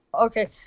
Okay